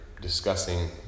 discussing